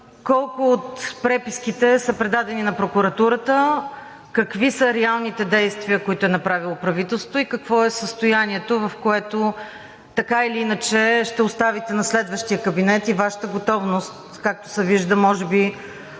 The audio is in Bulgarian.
колко от преписките са предадени на прокуратурата, какви са реалните действия, които е направило правителството, и какво е състоянието, което така или иначе ще оставите на следващия кабинет, и Вашата готовност, както се вижда, може би